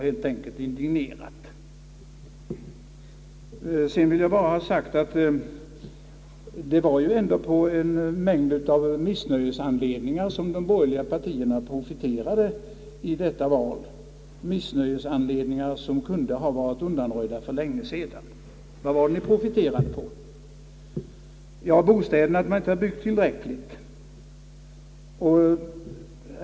Sedan vill jag bara ha sagt, att det ju ändå var en mängd missnöjesanledningar som de borgerliga partierna profiterade på i detta val, missnöjesanledningar som borde ha varit undanröjda för länge sedan. Vad var det ni profiterade på? Ni sade att regeringen inte hade byggt tillräckligt med bostäder.